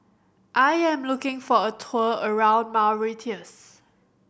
I am looking for a tour around Mauritius